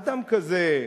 אדם כזה,